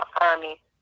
army